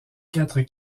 quatre